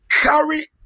carry